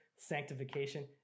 sanctification